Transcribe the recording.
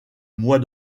mois